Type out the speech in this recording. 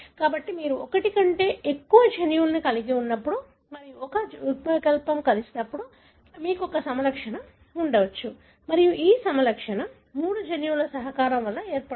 కాబట్టి మీరు ఒకటి కంటే ఎక్కువ జన్యువులను కలిగి ఉన్నప్పుడు మరియు ఒక యుగ్మవికల్పం కలిసినప్పుడు మీకు ఒక సమలక్షణం ఉండవచ్చు మరియు ఈ సమలక్షణం మూడు జన్యువుల సహకారం వల్ల ఏర్పడుతుంది